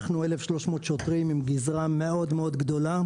אנחנו 1,300 שוטרים עם גזרה מאוד-מאוד גדולה.